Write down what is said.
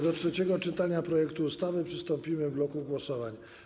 Do trzeciego czytania projektu ustawy przystąpimy w bloku głosowań.